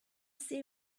see